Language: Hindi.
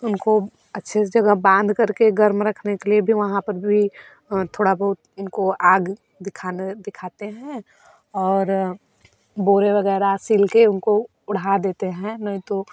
उनको अच्छे से जब बाँध करकर गर्म रखने के लिए भी वहाँ भी थोड़ा बहुत उनको आग दिखाने दिखाते हैं और बोरे वगैरह सिल कर उनको ओढ़ा देते हैं नहीं तो